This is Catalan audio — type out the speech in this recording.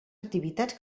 activitats